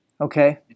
Okay